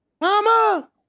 Mama